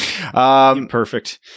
Perfect